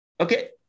Okay